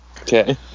okay